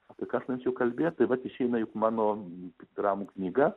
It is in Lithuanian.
apie ką aš norėčiau kalbėt tai vat išeina juk mano dramų knyga